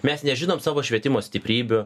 mes nežinom savo švietimo stiprybių